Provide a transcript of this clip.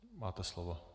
Máte slovo.